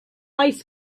ice